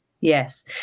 yes